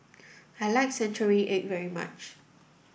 I like century egg very much